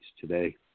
today